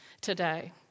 today